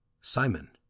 Simon